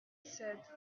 said